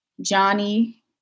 Johnny